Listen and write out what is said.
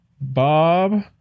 Bob